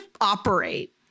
operate